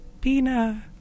Pina